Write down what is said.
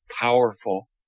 powerful